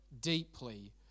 deeply